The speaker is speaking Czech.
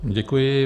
Děkuji.